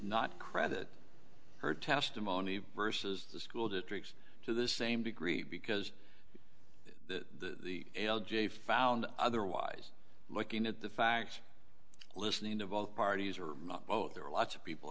not credit her testimony versus the school district to the same degree because the l j found otherwise looking at the facts listening to both parties or both there are lots of people